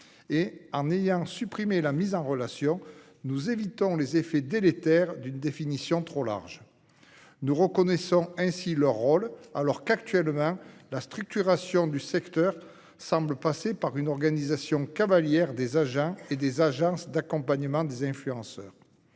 notion de « mise en relation », nous évitons les effets délétères d'une définition trop large. Nous reconnaissons ainsi leur rôle, alors que la structuration du secteur semble actuellement passer par une organisation cavalière des agents et des agences d'accompagnement des influenceurs.